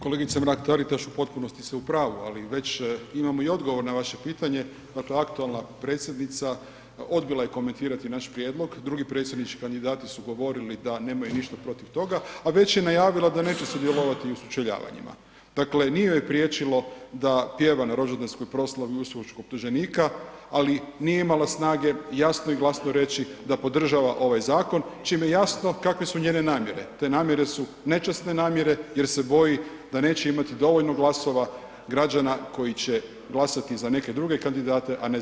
Kolegice Mrak-Taritaš u potpunosti ste u pravu, ali već imamo i odgovor na vaše pitanje, dakle aktualna predsjednica odbila je komentirati naš prijedlog, drugi predsjednički kandidati su govorili da nemaju ništa protiv toga, a već je najavila da neće sudjelovati u sučeljavanjima, dakle nije joj priječilo da pjeva na rođendanskoj proslavi uskočkog optuženika, ali nije imala snage jasno i glasno reći da podržava ovaj zakon čime je jasno kakve su njene namjere, te namjere su nečasne namjere jer se boji da neće imati dovoljno glasova građana koji će glasati za neke druge kandidate, a ne za nju.